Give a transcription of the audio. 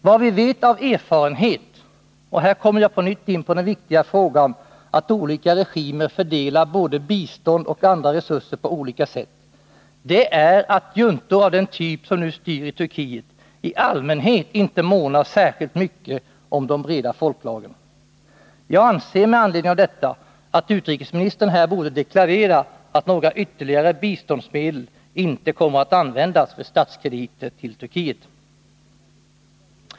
Vad vi vet av erfarenhet — och här kommer jag på nytt in på den viktiga frågan att olika regimer fördelar både bistånd och andra resurser på olika sätt — är att juntor av den typ som nu styr i Turkiet i allmänhet inte månar särskilt mycket om de breda folklagren. Jag anser med anledning av detta att utrikesministern här borde deklarera att några ytterligare biståndsmedel inte kommer att användas för statskrediter till Turkiet.